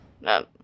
No